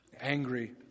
angry